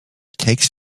takes